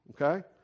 Okay